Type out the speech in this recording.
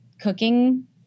cooking